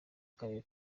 karere